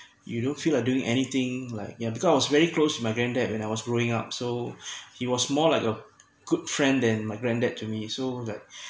you don't feel like doing anything like yeah because I was very close with my granddad when I was growing up so he was more like a good friend than my granddad to me so that